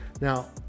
Now